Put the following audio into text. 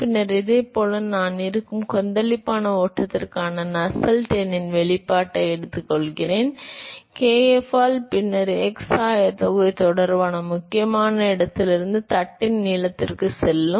பின்னர் இதேபோல் நான் இருக்கும் கொந்தளிப்பான ஓட்டத்திற்கான நசெல்ட்ஸ் எண்ணின் வெளிப்பாட்டை எடுத்துக்கொள்கிறேன் kf ஆல் பின்னர் x ஆயத்தொலைவு தொடர்பாக முக்கியமான இடத்திலிருந்து தட்டின் நீளத்திற்குச் செல்லும்